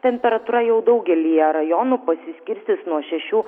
temperatūra jau daugelyje rajonų pasiskirstys nuo šešių